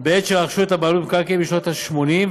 בעת שרכשו את הבעלות במקרקעין בשנות ה-80,